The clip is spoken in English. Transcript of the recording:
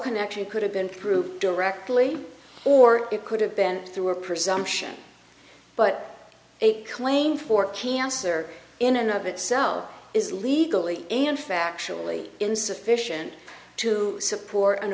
connection could have been proved directly or it could have been through a presumption but a claim for cancer in another itself is legally and factually insufficient to support an